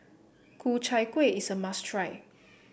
Ku Chai Kuih is a must try